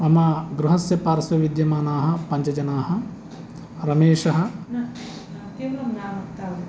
मम गृहस्य पार्श्वे विद्यमानाः पञ्च जनाः रमेशः